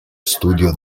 studio